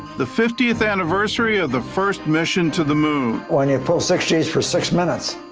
the fiftieth anniversary of the first mission to the moon. when you pull six g's for six minutes,